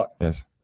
Yes